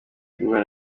guhura